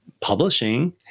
publishing